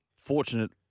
fortunate